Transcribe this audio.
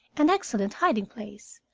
an excellent hiding-place,